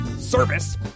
Service